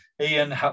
Ian